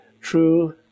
true